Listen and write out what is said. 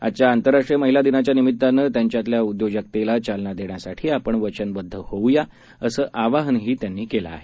आजच्या आंतरराष्ट्रीय महिला दिनाच्या निमीत्तानं त्यांच्यातल्या उद्योजकतेला चालना देण्यासाठी आपण वचनबद्ध होऊया असं आवाहनही त्यांनी केलं आहे